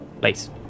place